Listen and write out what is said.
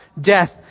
death